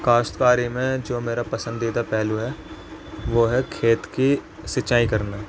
کاشت کاری میں جو میرا پسندیدہ پہلو ہے وہ ہے کھیت کی سنچائی کرنا